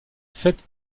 faites